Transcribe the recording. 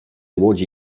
łodzi